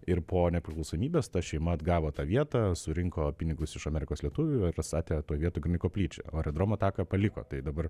ir po nepriklausomybės ta šeima atgavo tą vietą surinko pinigus iš amerikos lietuvių pastatė toj vietoj koplyčią o aerodromo taką paliko tai dabar